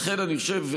לכן אני חושב,